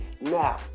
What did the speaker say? now